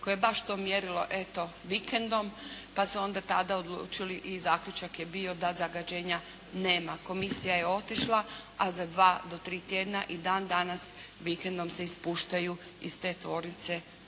koje je baš to mjerilo eto vikendom, pa su onda tada odlučili i zaključak je bio da zagađenja nema. Komisija je otišla, a za dva do tri tjedna i dan danas vikendom se ispuštaju iz te tvornice